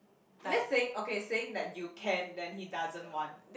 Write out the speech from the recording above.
that's saying okay saying that you can then he doesn't want